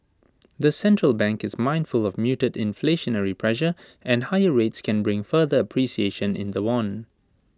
the central bank is mindful of muted inflationary pressure and higher rates can bring further appreciation in the won